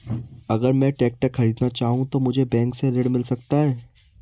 अगर मैं ट्रैक्टर खरीदना चाहूं तो मुझे बैंक से ऋण मिल सकता है?